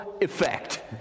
effect